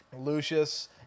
Lucius